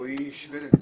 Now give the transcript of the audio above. רועי שוולב,